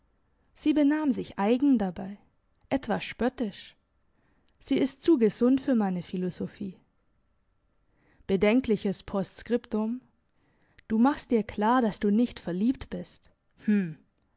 sie benahm sich eigen dabei etwas spöttisch sie ist zu gesund für meine philosophie bedenkliches postskriptum du machst dir klar dass du nicht verliebt bist